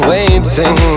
Waiting